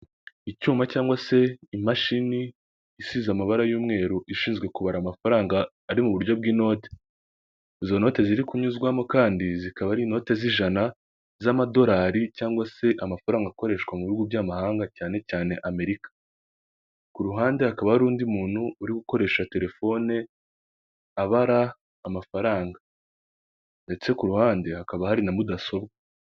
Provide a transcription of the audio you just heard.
Icyuma cyangwa se imashini isize amabara y'umweru ishinzwe kubara amafaranga ari mu buryo bw'inote, izo note ziri kunyuzwamo kandi zikaba ari ininote z'ijana, iz'amadolari cyangwa se amafaranga akoreshwa mu bihugu by'amahanga cyane cyane Amerika, ku ruhande hakaba hari undi muntu uri gukoresha telefone abara amafaranga ndetse ku ruhande hakaba hari na mudasobwa.